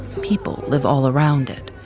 people live all around it.